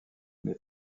les